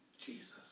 Jesus